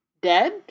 dead